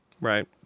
Right